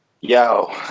Yo